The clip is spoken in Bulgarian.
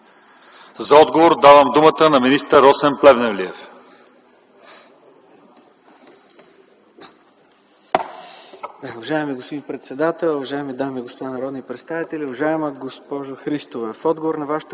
За отговор давам думата на министър Росен Плевнелиев.